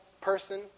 person